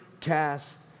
cast